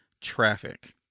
Traffic